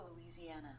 Louisiana